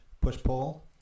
Push-Pull